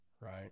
right